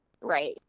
Right